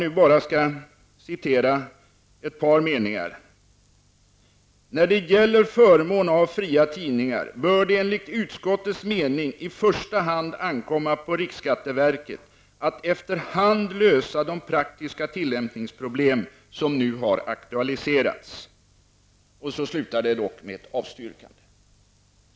Jag skall bara citera ett par meningar: ''När det gäller förmån av fria tidningar bör det enligt utskottets mening i första hand ankomma på riksskatteverket att efter hand lösa de praktiska tillämpningsproblem som nu har aktualiserats.'' Det slutar dock med ett avstyrkande.